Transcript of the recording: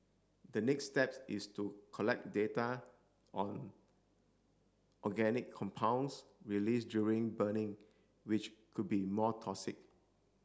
the next steps is to collect data on organic compounds released during burning which could be more toxic